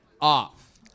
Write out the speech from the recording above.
off